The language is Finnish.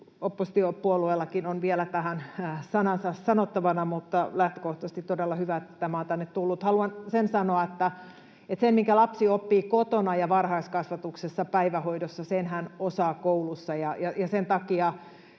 oppositiopuolueillakin on vielä tähän sanansa sanottavana. Mutta lähtökohtaisesti on todella hyvä, että tämä on tänne tullut. Haluan sanoa sen, että sen minkä lapsi oppii kotona ja varhaiskasvatuksessa, päivähoidossa, sen hän osaa koulussa.